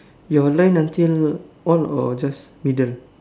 your line until all or just middle